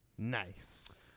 Nice